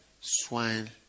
swine